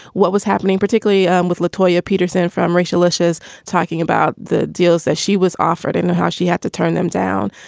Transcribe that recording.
what was happening, particularly um with latoya peterson from racialicious talking about the deals that she was offered and how she had to turn them down.